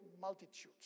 multitudes